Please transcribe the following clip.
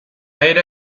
aire